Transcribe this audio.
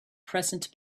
present